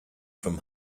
from